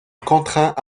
contraint